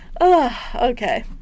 okay